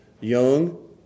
young